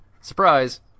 surprise